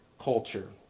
culture